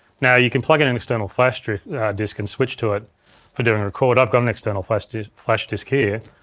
now, you can plug in an external flash disk and switch to it for doing record. i've got an external flash disk flash disk here.